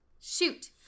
Shoot